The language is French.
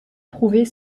prouver